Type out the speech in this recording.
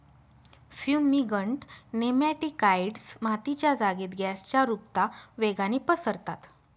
fumigant nematicides मातीच्या जागेत गॅसच्या रुपता वेगाने पसरतात